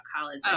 college